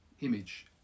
image